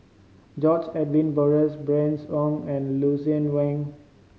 George Edwin Bogaars Bernice Ong and Lucien Wang